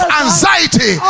anxiety